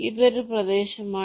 ഇത് ഒരു പ്രദേശമാണ്